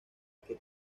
que